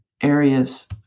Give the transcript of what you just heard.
areas